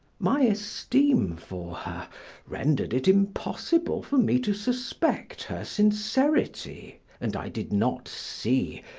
my esteem for her rendered it impossible for me to suspect her sincerity, and i did not see,